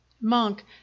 Monk